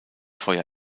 feuer